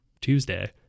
Tuesday